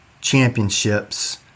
Championships